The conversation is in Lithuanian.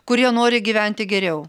kurie nori gyventi geriau